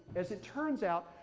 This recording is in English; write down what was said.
as it turns out,